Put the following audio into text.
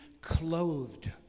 clothed